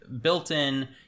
built-in